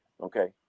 okay